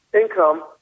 income